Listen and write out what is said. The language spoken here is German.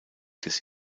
des